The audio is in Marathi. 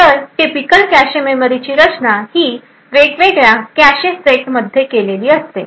तर टिपिकल कॅशे मेमरीची रचना ही वेगवेगळ्या कॅशे सेटमध्ये केलेली असते